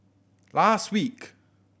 last week